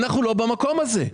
אנחנו לא במקום הזה.